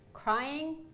crying